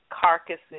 Carcasses